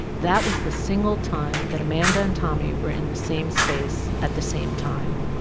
that was the single time that amanda and tommy were in the same space at the same time.